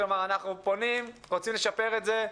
אנחנו רוצים לשפר את זה,